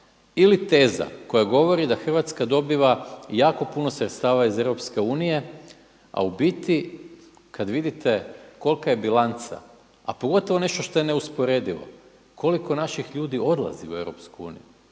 Ili teza koja govori da Hrvatska dobiva jako puno sredstva iz EU a u biti kada vidite kolika je bilanca a pogotovo nešto što je neusporedivo koliko naših ljudi odlazi u EU. Znači